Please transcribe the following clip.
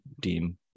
deem